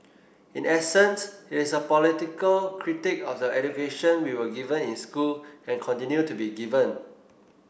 in essence it is a political critique of the education we were given in school and continue to be given